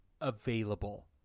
available